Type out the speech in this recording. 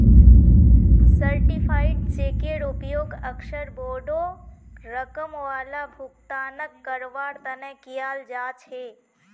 certified चेकेर उपयोग अक्सर बोडो रकम वाला भुगतानक करवार तने कियाल जा छे